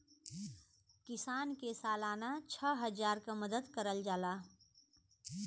किसान के सालाना छः हजार क मदद करल जाला